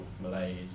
Malays